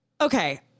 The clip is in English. Okay